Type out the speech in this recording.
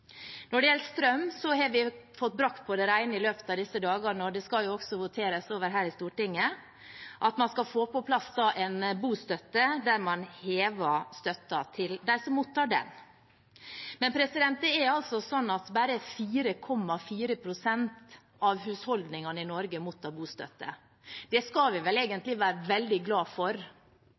Når det gjelder strøm, har vi fått brakt på det rene i løpet av disse dagene, og det skal jo også voteres over her i Stortinget, at man skal få på plass en økning i bostøtten, man hever støtten til dem som mottar den. Men det er bare 4,4 pst. av husholdningene i Norge som mottar bostøtte. Det skal vi vel egentlig være veldig glad for,